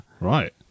right